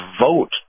vote